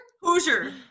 Hoosier